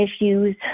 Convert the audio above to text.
issues